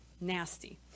nasty